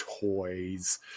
toys